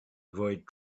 avoid